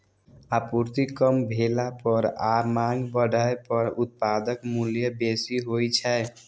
आपूर्ति कम भेला पर आ मांग बढ़ै पर उत्पादक मूल्य बेसी होइ छै